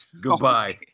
Goodbye